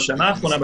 בשנה האחרונה,